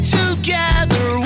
together